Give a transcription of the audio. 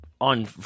on